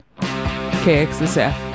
kxsf